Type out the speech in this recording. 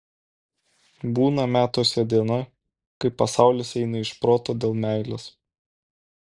būna metuose diena kai pasaulis eina iš proto dėl meilės